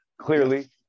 clearly